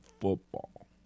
football